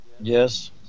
Yes